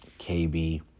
kb